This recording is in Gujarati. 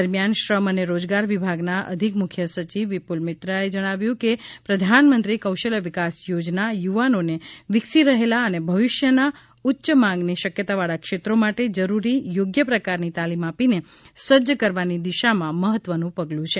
દરમિયાન શ્રમ અને રોજગાર વિભાગના અધિક મુખ્ય સચિવ વિપુ લ મિત્રાએ જણાવ્યું કે પ્રધાનમંત્રી કૌશલ્ય વિકાસ યોજના યુવાનોને વિકસી રહેલા અને ભવિષ્યના ઉચ્ય માંગની શકયતાવાળા ક્ષેત્રો માટે જરૂરી યોગ્ય પ્રકારની તાલીમ આપીને સજજ કરવાની દિશામાં મહત્વનું પગલુ છે